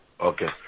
Okay